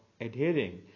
adhering